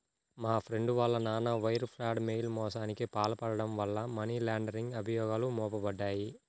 మా ఫ్రెండు వాళ్ళ నాన్న వైర్ ఫ్రాడ్, మెయిల్ మోసానికి పాల్పడటం వల్ల మనీ లాండరింగ్ అభియోగాలు మోపబడ్డాయి